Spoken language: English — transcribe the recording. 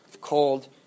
called